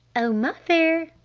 oh mother,